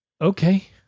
Okay